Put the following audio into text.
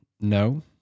no